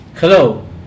Hello